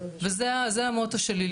וזה המוטו שלי,